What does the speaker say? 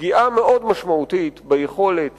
פגיעה מאוד משמעותית ביכולת